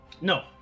No